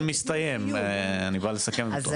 הדיון מסתיים, אני בא לסכם אותו.